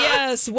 Yes